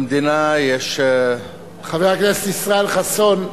במדינה יש, חבר הכנסת ישראל חסון.